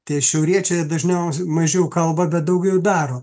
tie šiauriečiai jie dažniau mažiau kalba bet daugiau daro